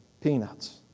Peanuts